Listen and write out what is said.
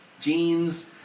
jeans